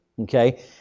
okay